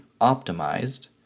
optimized